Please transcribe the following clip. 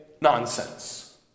nonsense